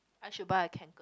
I should buy a Kanken